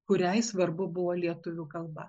kuriai svarbu buvo lietuvių kalba